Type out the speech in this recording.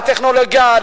לטכנולוגיה,